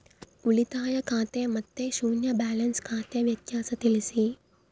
ಉಳಿತಾಯ ಖಾತೆ ಮತ್ತೆ ಶೂನ್ಯ ಬ್ಯಾಲೆನ್ಸ್ ಖಾತೆ ವ್ಯತ್ಯಾಸ ತಿಳಿಸಿ?